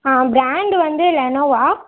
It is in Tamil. பிராண்டு வந்து லெனோவா